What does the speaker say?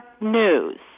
news